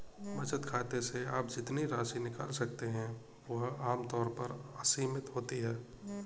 बचत खाते से आप जितनी राशि निकाल सकते हैं वह आम तौर पर असीमित होती है